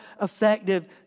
effective